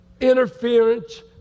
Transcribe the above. interference